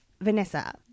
Vanessa